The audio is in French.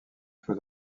faut